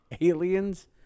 Aliens